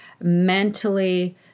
mentally